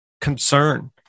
concern